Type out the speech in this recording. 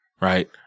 right